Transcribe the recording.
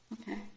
okay